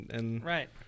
Right